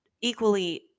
equally